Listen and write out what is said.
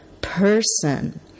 person